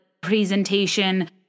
presentation